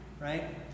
right